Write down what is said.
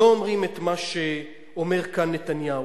לא אומרים את מה שאומר כאן נתניהו,